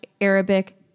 Arabic